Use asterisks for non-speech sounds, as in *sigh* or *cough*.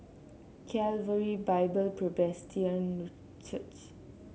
Calvary Bible Presbyterian *unintelligible* Church